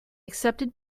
accepted